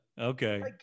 okay